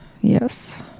yes